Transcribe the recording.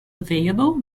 available